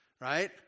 right